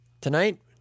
tonight